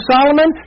Solomon